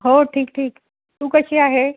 हो ठीक ठीक तू कशी आहे